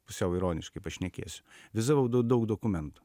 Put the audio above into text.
pusiau ironiškai pašnekėsiu vizavau da daug dokumentų